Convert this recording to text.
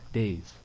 days